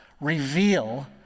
reveal